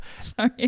sorry